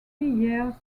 years